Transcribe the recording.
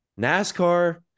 NASCAR